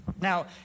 Now